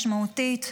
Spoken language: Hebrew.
משמעותית,